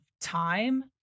time